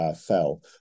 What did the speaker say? fell